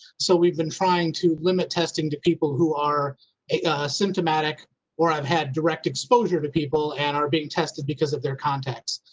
so we've been trying to limit testing to people who are symptomatic or have had direct exposure to people and are being tested because of their contacts.